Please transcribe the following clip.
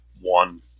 one